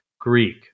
greek